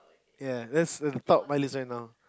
ya that's the top of my list right now